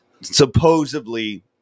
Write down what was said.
supposedly